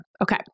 Okay